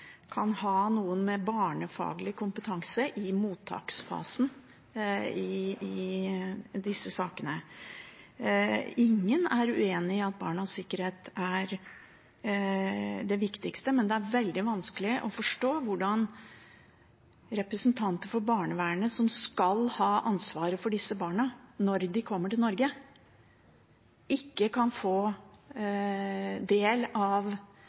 kan ha noen med barnefaglig kompetanse i mottaksfasen i disse sakene. Ingen er uenig i at barnas sikkerhet er det viktigste, men det er veldig vanskelig å forstå hvorfor representanter for barnevernet som skal ha ansvaret for barna når de kommer til Norge, ikke kan få del